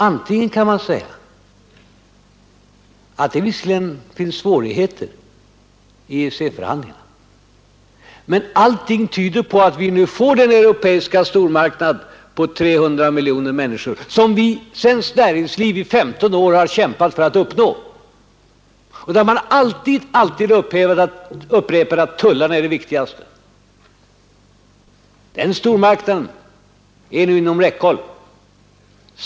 Antingen kan man säga att det visserligen finns svårigheter i EEC-förhandlingarna, men allting tyder på att vi nu får den europeiska stormarknad på 300 miljoner människor som svenskt näringsliv under 15 år har kämpat för att uppnå och där man alltid upprepat att tullarna är det viktigaste. Den stormarknaden är nu inom räckhåll.